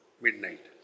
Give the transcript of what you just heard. midnight